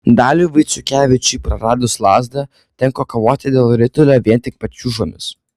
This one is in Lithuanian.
daliui vaiciukevičiui praradus lazdą tenka kovoti dėl ritulio vien tik pačiūžomis